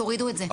תורידו את זה.